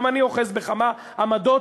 גם אני אוחז בכמה עמדות,